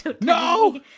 no